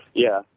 yeah,